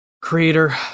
creator